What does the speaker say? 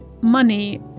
money